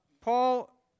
Paul